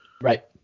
Right